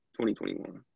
2021